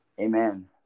Amen